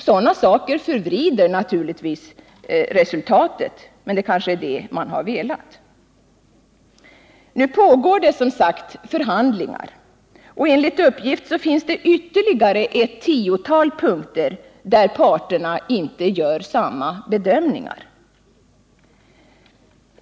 Sådana saker förvrider givetvis resultatet, men det är kanske det man velat. Nu pågår som sagt förhandlingar och enligt uppgift finns det ytterligare ett tiotal punkter där man inte gör samma bedömningar.